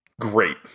great